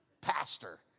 pastor